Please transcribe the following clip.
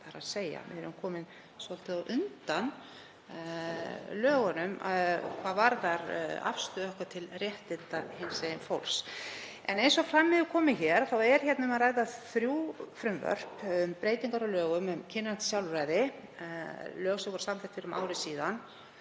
leyti náð. Við erum komin svolítið á undan lögunum hvað varðar afstöðu okkar til réttinda hinsegin fólks. Eins og fram hefur komið er hér um að ræða þrjú frumvörp um breytingar á lögum um kynrænt sjálfræði, lög sem voru samþykkt fyrir um ári,